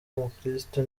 umukristu